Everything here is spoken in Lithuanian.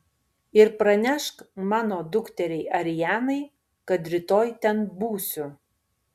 ir pranešk mano dukteriai arianai kad rytoj ten būsiu